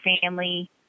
family